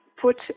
put